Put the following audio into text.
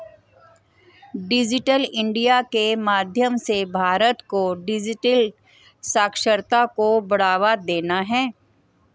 digital India के माध्यम से भारत को डिजिटल साक्षरता को बढ़ावा देना है